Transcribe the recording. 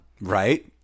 Right